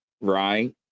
right